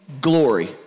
glory